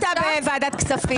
היא הייתה בוועדת כספים.